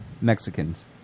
Mexicans